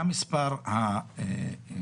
מה מספר העצורים